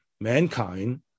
mankind